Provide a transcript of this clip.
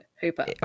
Hooper